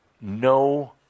no